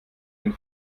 den